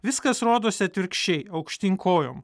viskas rodosi atvirkščiai aukštyn kojom